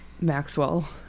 Maxwell